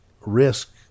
risk